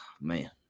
man